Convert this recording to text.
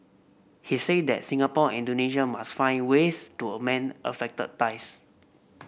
he say that Singapore Indonesia must find ways to a mend affected dies